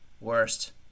Worst